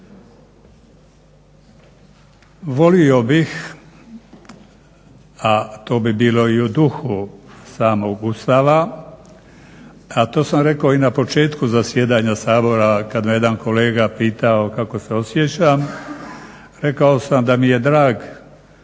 Volio bih, a to bi bilo i u duhu samog Ustava, a to sam rekao i na početku zasjedanja Sabora kada me je jedan kolega pitao kako se osjećam rekao sam da mi je drag